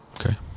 Okay